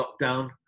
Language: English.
lockdown